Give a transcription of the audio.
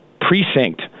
precinct